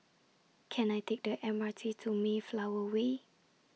Can I Take The M R T to Mayflower Way